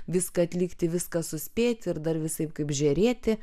viską atlikti viską suspėti ir dar visaip kaip žėrėti